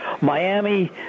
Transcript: Miami